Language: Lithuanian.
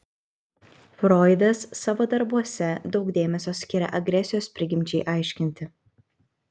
froidas savo darbuose daug dėmesio skiria agresijos prigimčiai aiškinti